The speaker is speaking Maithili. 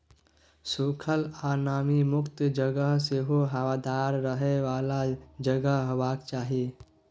सुखल आ नमी मुक्त जगह संगे हबादार रहय बला जगह हेबाक चाही